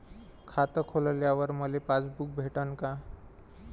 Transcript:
खातं खोलल्यावर मले पासबुक भेटन का?